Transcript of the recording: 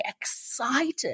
excited